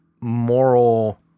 moral